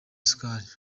isukari